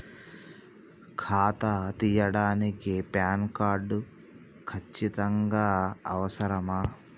ఖాతా తీయడానికి PAN card ఖచ్చితంగా అవసరమా?